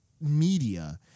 media